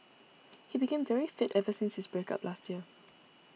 he became very fit ever since his break up last year